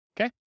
Okay